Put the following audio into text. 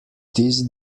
this